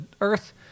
Earth